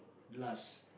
last